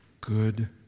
good